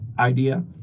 idea